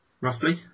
Roughly